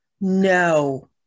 No